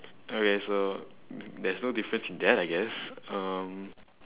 okay so there's no difference in that I guess um